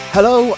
Hello